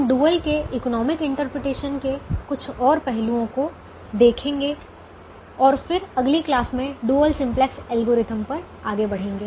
हम डुअल के economic interpretation के कुछ और पहलुओं को देखेंगे और फिर अगली क्लास में डुअल सिंप्लेक्स एल्गोरिथ्म dual